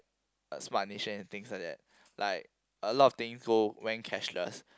smart nation and things like that like a lot of things go went cashless